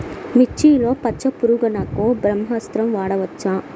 మిర్చిలో పచ్చ పురుగునకు బ్రహ్మాస్త్రం వాడవచ్చా?